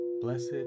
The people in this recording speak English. Blessed